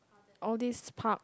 all these park